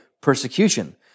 persecution